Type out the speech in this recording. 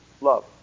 Love